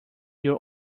your